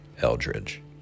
Eldridge